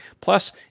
Plus